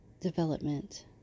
development